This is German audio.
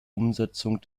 umsetzung